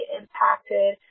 impacted